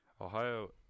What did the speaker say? Ohio